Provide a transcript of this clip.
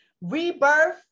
Rebirth